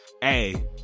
hey